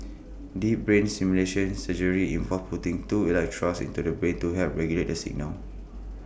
deep brain stimulation surgery involves putting two electrodes into the brain to help regulate the signals